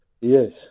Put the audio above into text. yes